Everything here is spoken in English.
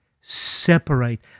separate